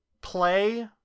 play